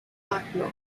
partner